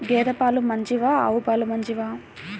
గేద పాలు మంచివా ఆవు పాలు మంచివా?